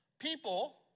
People